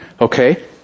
Okay